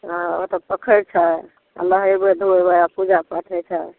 ओ ओ तऽ पोखरि छै नहेबै धोएबै आ पूजा पाठ होइत छै